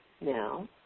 Now